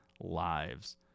lives